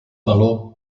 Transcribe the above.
valor